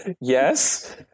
yes